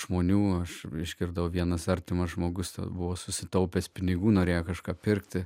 žmonių aš išgirdau vienas artimas žmogus buvo susitaupęs pinigų norėjo kažką pirkti